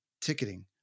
ticketing